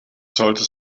sollte